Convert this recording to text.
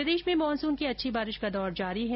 प्रदेश में मानसून की अच्छी बारिश का दौर जारी है